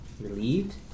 relieved